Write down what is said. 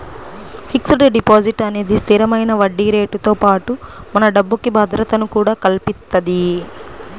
fixed deposit అనేది స్థిరమైన వడ్డీరేటుతో పాటుగా మన డబ్బుకి భద్రతను కూడా కల్పిత్తది